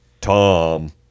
Tom